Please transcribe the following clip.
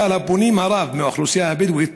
לקהל הפונים הרב מהאוכלוסייה הבדואית,